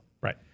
Right